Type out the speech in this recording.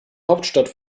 hauptstadt